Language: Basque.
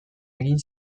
egin